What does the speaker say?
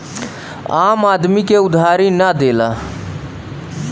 आम आदमी के उधारी ना देला